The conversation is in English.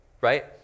right